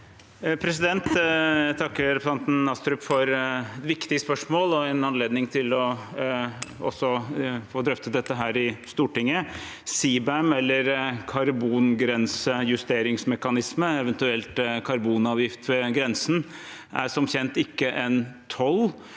Jeg takker re- presentanten Astrup for viktige spørsmål og en anledning til å drøfte dette i Stortinget. CBAM – eller karbongrensejusteringsmekanisme, eventuelt karbonavgift ved grensen – er som kjent ikke en toll,